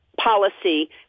policy